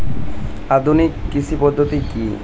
আধুনিক কৃষি পদ্ধতি কী?